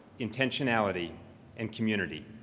intentionality and community.